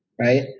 right